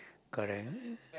correct